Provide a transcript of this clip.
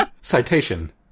citation